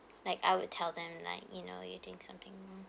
like I would tell them like you know you're doing something wrong